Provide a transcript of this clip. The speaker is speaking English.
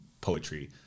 poetry